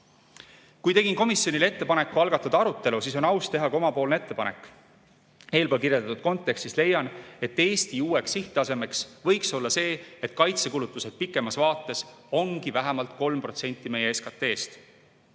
Kui tegin komisjonile ettepaneku algatada arutelu, siis on aus teha ka oma ettepanek. Eelkirjeldatud kontekstis leian, et Eesti uueks sihttasemeks võiks olla see, et kaitsekulutused pikemas vaates ongi vähemalt 3% meie SKT-st.